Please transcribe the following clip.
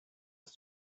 was